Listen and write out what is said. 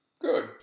Good